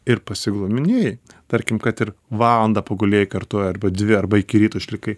ir pasiglamonėjai tarkim kad ir valandą pagulėjai kartu arba dvi arba iki ryto išlikai